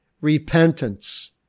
Repentance